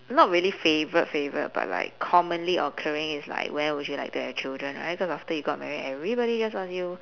not really favourite favourite but like commonly occurring is like when would you like to have children right cause after you got married everybody just ask you